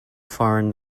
foreign